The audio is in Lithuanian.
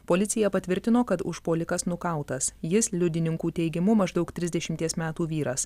policija patvirtino kad užpuolikas nukautas jis liudininkų teigimu maždaug trisdešimties metų vyras